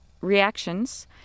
reactions